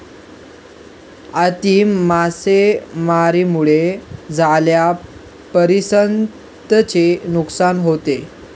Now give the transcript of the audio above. अति मासेमारीमुळे जलीय परिसंस्थेचे नुकसान होते